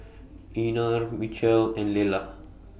Einar Mitchel and Lella